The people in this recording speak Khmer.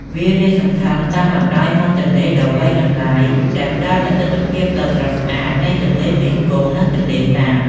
វាលាតសន្ធឹងតាមបណ្ដោយមាត់ទន្លេដ៏វែងអន្លាយ ដែលផ្ដល់នូវទិដ្ឋភាពដ៏ស្រស់ស្អាតនៃទន្លេមេគង្គ និងទន្លេសាប។